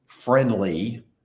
friendly